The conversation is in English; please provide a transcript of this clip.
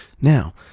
Now